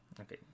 Okay